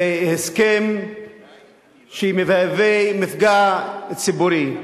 זה הסכם שמהווה מפגע ציבורי.